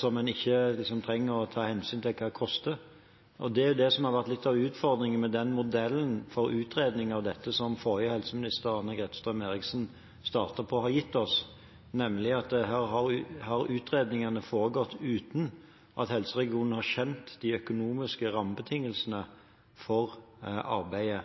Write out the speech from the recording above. som en ikke trenger å ta hensyn til hva koster. Det er det som har vært litt av utfordringen med det den modellen og den utredningen av dette som tidligere helseminister Anne-Grete Strøm-Erichsen startet på, har gitt oss, nemlig at her har utredningen foregått uten at helseregionene har skjønt hva som er de økonomiske rammebetingelsene for arbeidet.